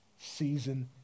season